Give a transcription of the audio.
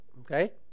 okay